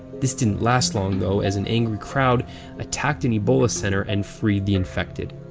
this didn't last long though as an angry crowd attacked an ebola center and freed the infected.